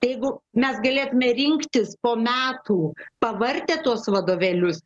jeigu mes galėtume rinktis po metų pavartę tuos vadovėlius